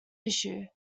issue